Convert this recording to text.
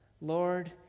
lord